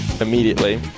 immediately